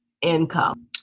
income